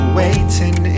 waiting